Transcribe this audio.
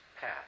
path